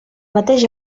mateix